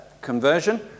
conversion